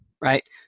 Right